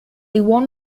one